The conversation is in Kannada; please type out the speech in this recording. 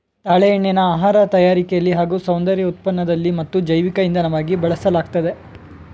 ತಾಳೆ ಎಣ್ಣೆನ ಆಹಾರ ತಯಾರಿಕೆಲಿ ಹಾಗೂ ಸೌಂದರ್ಯ ಉತ್ಪನ್ನದಲ್ಲಿ ಮತ್ತು ಜೈವಿಕ ಇಂಧನವಾಗಿ ಬಳಸಲಾಗ್ತದೆ